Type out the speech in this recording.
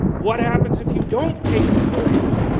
what happens if you don't take the voyage?